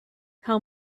how